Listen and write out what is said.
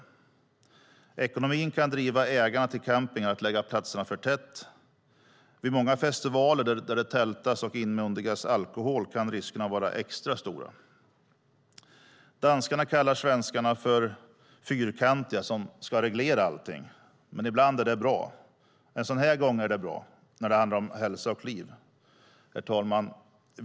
Ekonomin kan driva ägarna till campingplatser att lägga platserna för tätt. Vid många festivaler där det tältas och inmundigas alkohol kan riskerna vara extra stora. Danskarna kallar svenskarna för fyrkantiga eftersom de ska reglera allting, men ibland är det bra. En sådan här gång, när det handlar om hälsa och liv, är det bra. Herr talman!